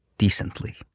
decently